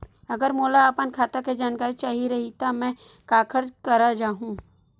अगर मोला अपन खाता के जानकारी चाही रहि त मैं काखर करा जाहु?